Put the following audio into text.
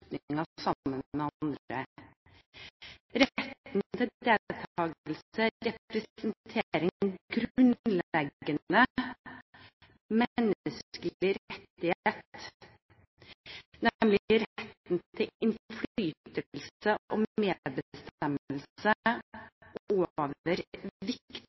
beslutninger sammen med andre. Retten til deltagelse representerer en grunnleggende menneskelig rettighet, nemlig retten til innflytelse og medbestemmelse